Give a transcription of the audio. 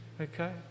Okay